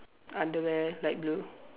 underwear light blue